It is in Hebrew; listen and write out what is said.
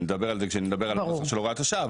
אנחנו נדבר על זה כשנדבר על הנושא של הוראת השעה,